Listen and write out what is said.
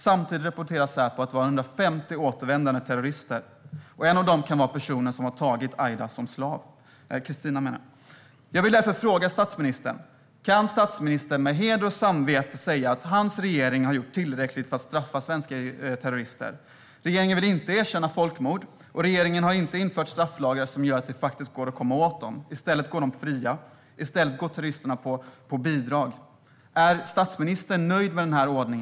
Samtidigt rapporterar Säpo att vi har 150 återvändande terrorister. En av dem kan vara den som har tagit Christina som slav. Jag vill därför fråga statsministern: Kan statsministern med heder och samvete säga att hans regering har gjort tillräckligt för att straffa svenska terrorister? Regeringen vill inte erkänna folkmord, och regeringen har inte infört strafflagar som gör att det faktiskt går att komma åt dem. I stället går de fria. Terroristerna går på bidrag. Är statsministern nöjd med denna ordning?